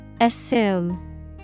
Assume